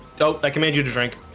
don't i command you to drink?